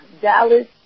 Dallas